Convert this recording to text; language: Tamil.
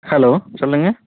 ஹலோ சொல்லுங்கள்